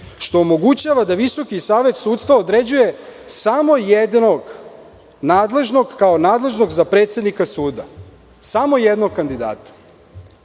što omogućava da Visoki savet sudstva određuje samo jednog nadležnog kao nadležnog za predsednika suda. Samo jednog kandidata,